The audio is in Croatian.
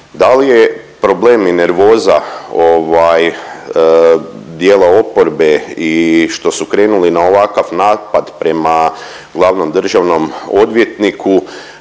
Da li je problem i nervoza dijela oporbe i što su krenuli na ovakav napad prema glavnom državnom odvjetniku,